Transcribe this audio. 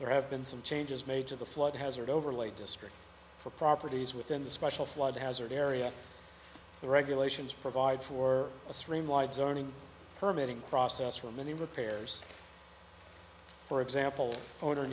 there have been some changes made to the flood hazard overlay district for properties within the special flood hazard area the regulations provide for a stream wide zoning permeating process for many repairs for example o